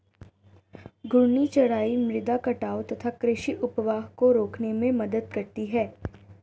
घूर्णी चराई मृदा कटाव तथा कृषि अपवाह को रोकने में मदद करती है